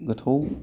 गोथौ